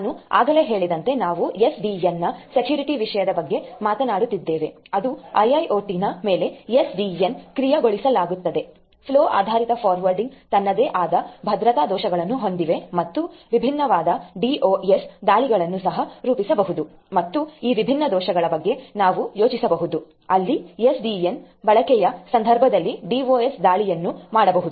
ನಾನು ಆಗಲೇ ಹೇಳಿದಂತೆ ನಾವು ಎಸ್ ಡಿ ಎನ್ ನ ಸೆಕ್ಯೂರಿಟಿ ವಿಷಯದ ಬಗ್ಗೆ ಮಾತನಾಡುತಿದ್ದೇವೆ ಅದು IIoT ನ ಮೇಲೆ SDN ಸಕ್ರಿಯಗೊಳಿಸಲಾಗಿದೆ ಫ್ಲೋ ಆಧಾರಿತ ಫಾರ್ವಾರ್ಡಿಂಗ್ ತನ್ನದೇ ಆದ ಭದ್ರತಾ ದೋಷಗಳನ್ನು ಹೊಂದಿದೆ ಮತ್ತು ವಿಭಿನ್ನವಾದ DoS ದಾಳಿಗಳನ್ನು ಸಹ ರೂಪಿಸಬಹುದು ಮತ್ತು ಈ ವಿಭಿನ್ನ ದೋಷಗಳ ಬಗ್ಗೆ ನಾವು ಯೋಚಿಸಬಹುದು ಅಲ್ಲಿ SDN ಬಳಕೆಯ ಸಂದರ್ಭದಲ್ಲಿ DoS ದಾಳಿಗಳನ್ನು ಮಾಡಬಹುದು